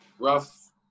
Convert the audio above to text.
rough